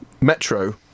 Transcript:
Metro